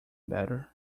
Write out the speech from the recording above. batter